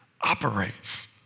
operates